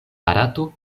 barato